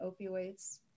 opioids